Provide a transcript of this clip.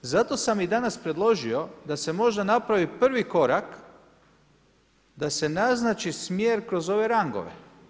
Zato sam i danas predložio da se možda napravi prvi korak da se naznači smjer kroz ove rangove.